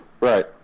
Right